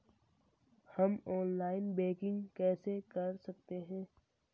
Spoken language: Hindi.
हम ऑनलाइन बैंकिंग कैसे कर सकते हैं?